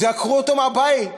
עקרו אותו מהבית.